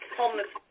homeless